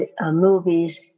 movies